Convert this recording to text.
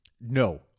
No